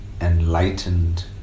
enlightened